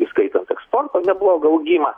įskaitant eksporto neblogą augimą